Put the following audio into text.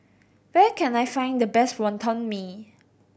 where can I find the best Wonton Mee